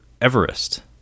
Everest